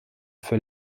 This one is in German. für